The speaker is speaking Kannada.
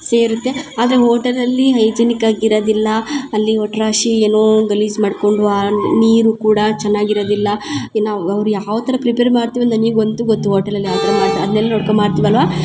ಸೇರುತ್ತೆ ಆದ್ರೆ ಓಟಲಲ್ಲಿ ಹೈಜಿನಿಕ್ಕಾಗಿ ಇರದಿಲ್ಲ ಅಲ್ಲಿ ಒಟ್ರಾಶಿ ಏನೋ ಗಲೀಜು ಮಾಡ್ಕೊಂಡು ಆ ನೀರು ಕೂಡ ಚೆನ್ನಾಗಿರದಿಲ್ಲ ಇನ್ನ ಅವ್ ಅವ್ರ ಯಾವ ಥರ ಪ್ರಿಪೇರ್ ಮಾಡ್ತಿವಂತ ನನಗ್ ಒಂತು ಗೊತ್ತು ಓಟಲಲ್ಲಿ ಆ ಥರ ಮಾಡ್ತಾರೆ ಅದನ್ನೆಲ್ಲ ನೋಡ್ಕೊಂಡು ಮಾಡ್ತಿವಲ್ಲವಾ